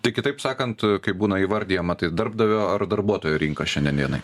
tai kitaip sakant kai būna įvardijama tai darbdavio ar darbuotojo rinka šiandien dienai